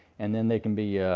and then they can be